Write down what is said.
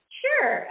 sure